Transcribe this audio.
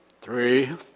Three